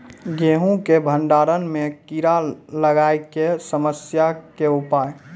गेहूँ के भंडारण मे कीड़ा लागय के समस्या के उपाय?